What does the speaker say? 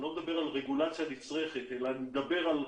אני לא מדבר על רגולציה נצרכת אלא על רגולציית-יתר